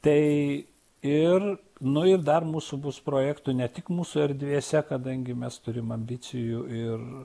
tai ir nu ir dar mūsų bus projektų ne tik mūsų erdvėse kadangi mes turim ambicijų ir